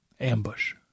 ambush